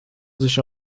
sich